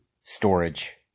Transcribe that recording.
storage